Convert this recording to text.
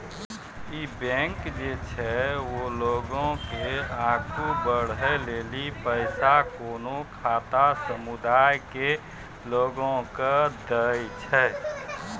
इ बैंक जे छै वें लोगो के आगु बढ़ै लेली पैसा कोनो खास समुदाय के लोगो के दै छै